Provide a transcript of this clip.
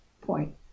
point